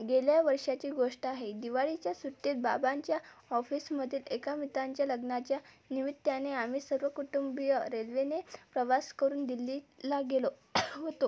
गेल्या वर्षाची गोष्ट आहे दिवाळीच्या सुट्टीत बाबांच्या ऑफिसमध्ये एका मित्रांच्या लग्नाच्या निमित्ताने आम्ही सर्व कुटुंबीय रेल्वेने प्रवास करून दिल्लीला गेलो होतो